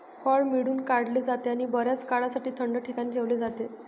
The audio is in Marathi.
फळ पिळून काढले जाते आणि बर्याच काळासाठी थंड ठिकाणी ठेवले जाते